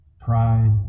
Pride